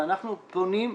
ואנחנו פונים,